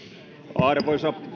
arvoisa